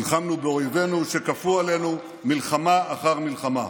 נלחמנו באויבינו שכפו עלינו מלחמה אחר מלחמה.